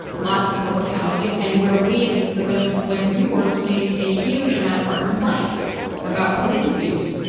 lots of public housing, and where we, at the civilian complaint review board, received a huge amount of our complaints about police abuse,